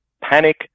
panic